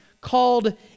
called